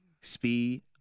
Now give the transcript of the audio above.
Speed